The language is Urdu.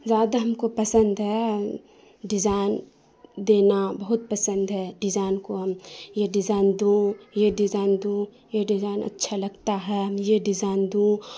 زیادہ ہم کو پسند ہے ڈیزائن دینا بہت پسند ہے ڈیزائن کو ہم یہ ڈیزائن دوں یہ ڈیزائن دوں یہ ڈیزائن اچھا لگتا ہے ہم یہ ڈیزائن دوں